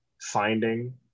finding